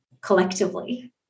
collectively